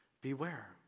beware